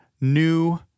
new